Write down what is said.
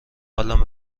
حالم